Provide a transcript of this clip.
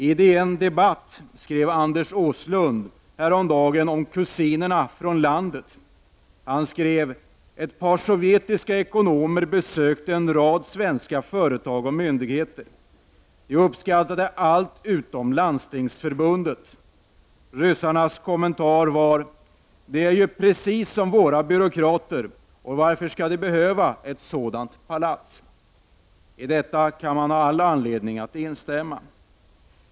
I en DN-debatt skrev Anders Åslund häromdagen om kusinerna från landet: ”Ett par sovjetiska ekonomer besökte en rad svenska företag och myndigheter. De uppskattade allt utom Landstingsförbundet. Ryssarnas kommentar var: Det är ju precis som våra byråkrater, och varför skall de behöva ett sådant palats?” I detta kan man ha all anledning att instämma.